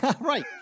Right